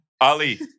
Ali